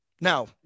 now